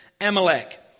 Amalek